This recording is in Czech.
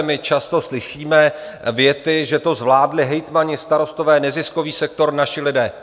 My často slyšíme věty, že to zvládli hejtmani, starostové, neziskový sektor, naši lidé.